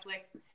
Netflix